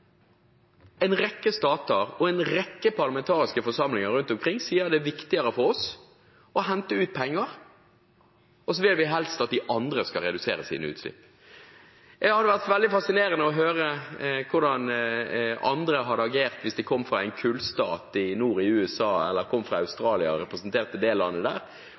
en rekke stater og en rekke parlamentariske forsamlinger rundt omkring sier: Det er viktigere for oss å hente ut penger, og så vil vi helst at de andre skal redusere sine utslipp. Det hadde vært veldig fascinerende å høre hvordan andre hadde agert hvis de kom fra en kullstat nord i USA, eller de kom fra Australia og representerte det landet,